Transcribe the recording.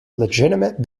legitimate